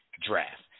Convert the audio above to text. draft